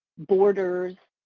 borders,